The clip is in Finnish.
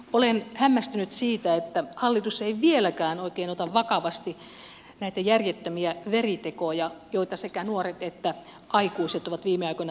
olen hämmästynyt siitä että hallitus ei vieläkään oikein ota vakavasti näitä järjettömiä veritekoja joita sekä nuoret että aikuiset ovat viime aikoina tehneet